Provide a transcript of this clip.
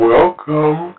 Welcome